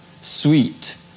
Sweet